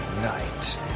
night